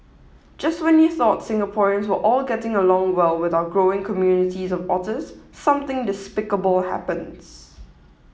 just when you thought Singaporeans were all getting along well with our growing communities of otters something despicable happens